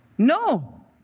no